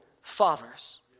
fathers